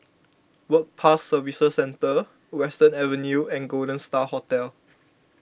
Work Pass Services Centre Western Avenue and Golden Star Hotel